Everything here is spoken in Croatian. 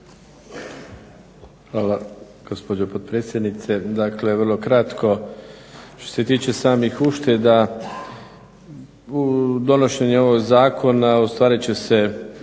hvala gospođo potpredsjednice.